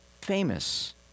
famous